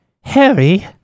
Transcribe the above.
Harry